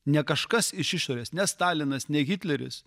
ne kažkas iš išorės ne stalinas ne hitleris